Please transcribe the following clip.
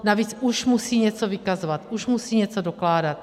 Navíc, už musí něco vykazovat, už musí něco dokládat.